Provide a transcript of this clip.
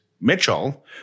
Mitchell